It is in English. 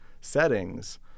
settings